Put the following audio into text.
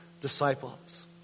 disciples